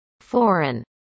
Foreign